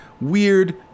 weird